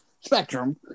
spectrum